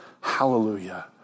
hallelujah